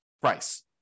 price